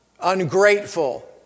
Ungrateful